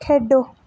खेढो